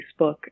Facebook